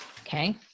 Okay